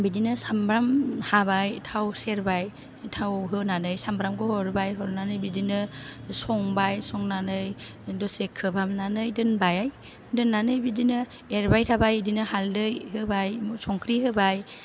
बिदिनो सामब्राम हाबाय थाव सेरबाय थाव होनानै सामब्रामखौ हरबाय हरनानै बिदिनो संबाय संनानै दसे खोबहाबनानै दोनबाय दोननानै बिदिनो एरबाय थाबाय बिदिनो हालदै होबाय संख्रि होबाय